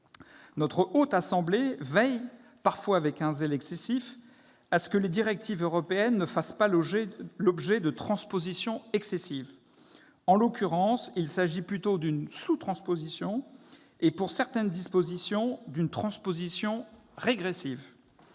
La Haute Assemblée veille, parfois avec un zèle excessif, à ce que les directives européennes ne fassent pas l'objet de transpositions excessives. En l'occurrence, il s'agit plutôt d'une sous-transposition et, pour certaines dispositions, d'une transposition régressive.